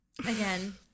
Again